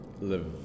live